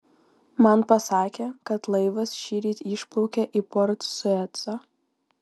man pasakė kad laivas šįryt išplaukė į port suecą